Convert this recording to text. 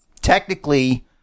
technically